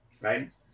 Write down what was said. right